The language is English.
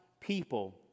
people